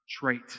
trait